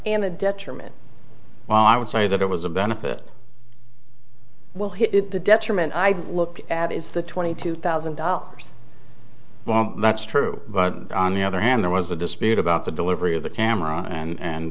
and a detriment well i would say that it was a benefit will hit the detriment i'd look at if the twenty two thousand dollars well that's true but on the other hand there was a dispute about the delivery of the camera and